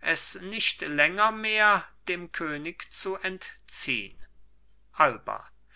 es nicht länger mehr dem könig zu entziehn alba